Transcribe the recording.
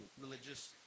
religious